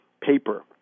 paper